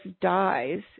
dies